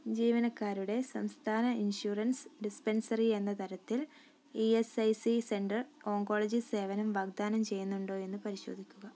ജീവനക്കാരുടെ സംസ്ഥാന insurance dispensary എന്ന തരത്തിൽ E S I C centre oncology സേവനം വാഗ്ദാനം ചെയ്യുന്നുണ്ടോ എന്ന് പരിശോധിക്കുക